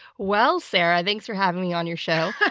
well, sarah, thanks for having me on your show.